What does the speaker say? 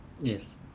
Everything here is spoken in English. Yes